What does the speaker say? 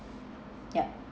yup